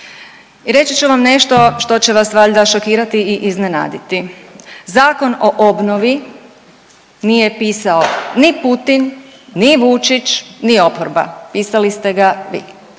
I reći ću vam nešto što će vas valjda šokirati i iznenaditi. Zakon o obnovi nije pisao ni Putin, ni Vučić, ni oporba. Pisali ste ga vi.